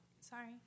Sorry